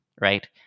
right